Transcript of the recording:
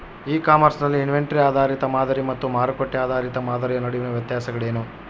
E commerce ನಲ್ಲಿ inventory ಆಧಾರಿತ ಮಾದರಿ ಮತ್ತು ಮಾರುಕಟ್ಟೆ ಆಧಾರಿತ ಮಾದರಿಯ ನಡುವಿನ ವ್ಯತ್ಯಾಸಗಳೇನು?